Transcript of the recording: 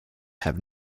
have